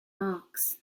marks